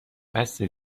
بسه